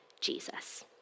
Jesus